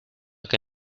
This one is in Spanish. que